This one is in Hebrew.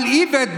אבל איווט,